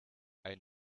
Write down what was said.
ein